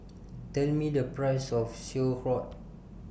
Tell Me The Price of Sauerkraut